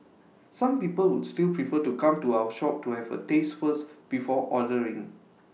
some people would still prefer to come to our shop to have A taste first before ordering